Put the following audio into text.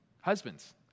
husbands